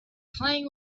playing